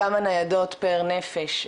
כמה ניידות פר נפש,